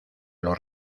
los